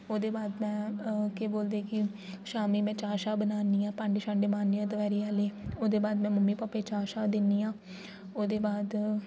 ओह्दे बाद में अअ केह् बोलदे कि शामीं में चाह् छाह् बनानी आं भांडे शांडे मांजनी आं दपैह्रीं आह्ले ओह्दे बाद में मम्मी भापा गी चाह् छाह् दि'न्नी आं ओह्दे बाद